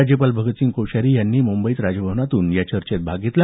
राज्यपाल भगतसिंह कोश्यारी यांनी राजभवनातून चर्चेत भाग घेतला